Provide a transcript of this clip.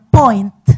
point